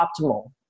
optimal